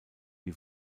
die